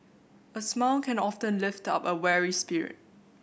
a smile can often lift up a weary spirit